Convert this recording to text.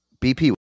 BP